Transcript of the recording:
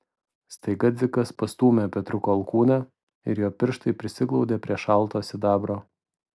staiga dzikas pastūmė petriuko alkūnę ir jo pirštai prisiglaudė prie šalto sidabro